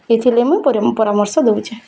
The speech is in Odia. ଏଥିର୍ ଲାଗି ମୁଁ ପରାମର୍ଶ ଦୋଉଛେ